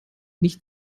nicht